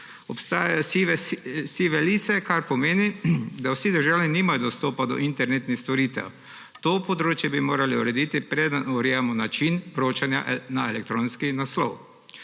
Obstajajo sive lise, kar pomeni, da vsi državljani nimajo dostopa do internetnih storitev. To področje bi morali urediti, preden urejamo način vročanja na elektronski naslov.